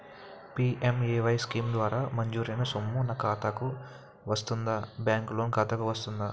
PMAY scheme ద్వారా మంజూరైన సొమ్ము నా ఖాతా కు వస్తుందాబ్యాంకు లోన్ ఖాతాకు వస్తుందా?